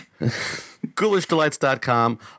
ghoulishdelights.com